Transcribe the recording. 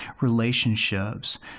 relationships